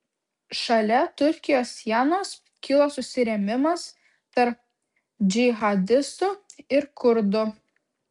šalia turkijos sienos kilo susirėmimas tarp džihadistų ir kurdų